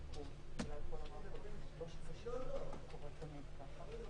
מי שהיה ועושה מאמץ בתקופה הזאת